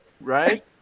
right